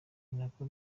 ninako